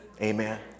Amen